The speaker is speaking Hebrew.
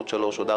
שלוש שעות,